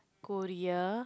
Korea